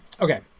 Okay